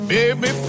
Baby